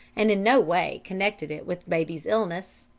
and in no way connected it with baby's illness.